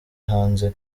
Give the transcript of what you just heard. hanze